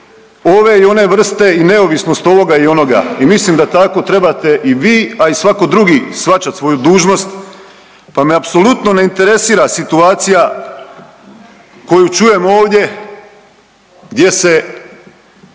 ove i one vrste i neovisnost ovoga i onoga. I mislim da tako trebate i vi, a i svatko drugi shvaćat svoju dužnost pa me apsolutno ne interesira situacija koju čujem ovdje gdje se